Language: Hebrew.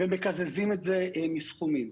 ומקזזים את זה מסכומים.